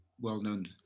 well-known